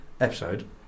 episode